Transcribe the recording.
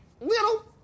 little